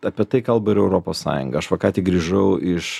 apie tai kalba ir europos sąjunga aš va ką tik grįžau iš